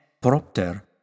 propter